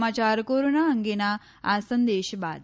સમાચાર કોરોના અંગેના આ સંદેશ બાદ